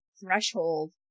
threshold